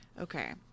Okay